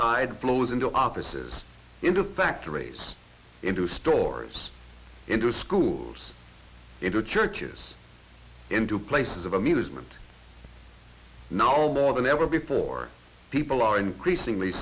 tide flows into offices into factories into stores into schools into churches into places of amusement no more than ever before people are increasingly